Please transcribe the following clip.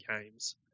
games